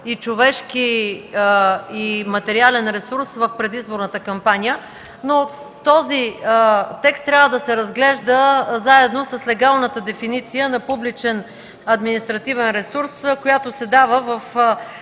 човешки и материален ресурс в предизборната кампания, но този текст трябва да се разглежда заедно с легалната дефиниция на публичен административен ресурс, която се дава в